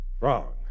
Wrong